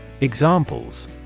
Examples